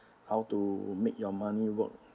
how to make your money work